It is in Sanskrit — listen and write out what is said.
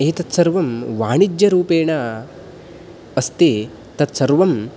एतत् सर्वं वाणिज्यरूपेण अस्ति तत् सर्वं